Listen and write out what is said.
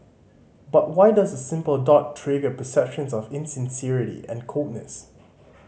but why does a simple dot trigger perceptions of insincerity and coldness